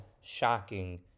shocking